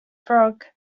frog